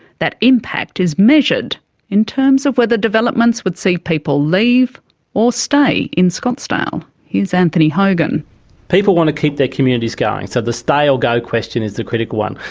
that impact is measured in terms of whether developments would see people leave or stay in scottsdale. anthony hogan people want to keep their communities going, so the stay or go question is the critical one.